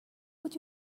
would